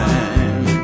Time